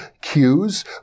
cues